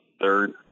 third